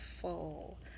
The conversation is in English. full